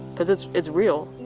because it's it's real.